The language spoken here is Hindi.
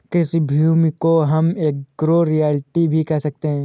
कृषि भूमि को हम एग्रो रियल्टी भी कह सकते है